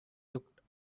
looked